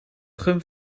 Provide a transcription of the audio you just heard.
gom